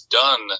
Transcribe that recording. done